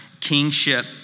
kingship